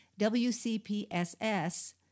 WCPSS